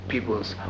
People's